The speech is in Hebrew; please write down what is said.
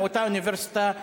מאותה אוניברסיטה בירדן,